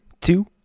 two